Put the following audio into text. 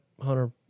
Hunter